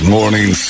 Morning